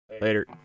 Later